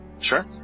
Sure